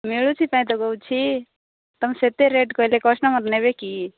ମିଳୁଛି ପାଇଁତ କହୁଛି ତମେ ସେତେ ରେଟ୍ କହିଲେ କଷ୍ଟମର୍ ନେବେକି